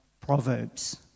Proverbs